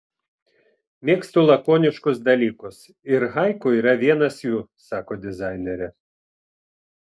mėgstu lakoniškus dalykus ir haiku yra vienas jų sako dizainerė